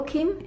Kim